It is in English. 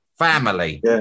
family